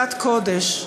בחרדת קודש.